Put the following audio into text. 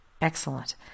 Excellent